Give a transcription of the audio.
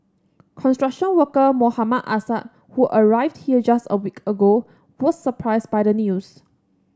construction worker Mohammad Assad who arrived here just a week ago was surprised by the news